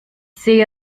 sehe